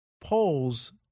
polls